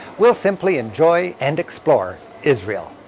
we'll simply enjoy and explore israel.